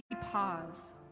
pause